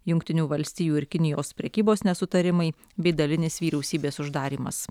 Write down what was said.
jungtinių valstijų ir kinijos prekybos nesutarimai bei dalinis vyriausybės uždarymas